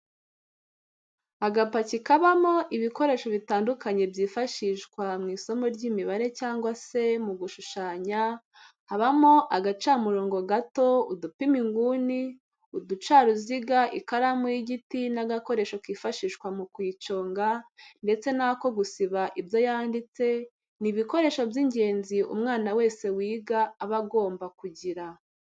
Agapaki kabamo ibikoresho bitandukanye byifashishwa mu isomo ry'imibare cyangwa se mu gushushanya, habamo agacamurongo gato, udupima inguni, uducaruziga, ikaramu y'igiti n'agakoresho kifashishwa mu kuyiconga ndetse n'ako gusiba ibyo yanditse, ni ibikoresho by'ingenzi umwana wese wiga aba agomba kugira.